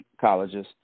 colleges